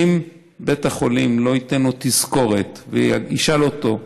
אם בית החולים לא ייתן לו תזכורת וישאל אותו: